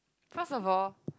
first of all